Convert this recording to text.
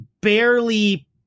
barely